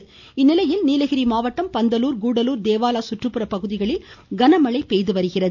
நீலகிரி மழை இந்நிலையில் நீலகிரி மாவட்டம் பந்தலூர் கூடலூர் தேவாலா கற்றுப்புற பகுதிகளில் கனமழை பெய்துவருகிறது